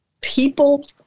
people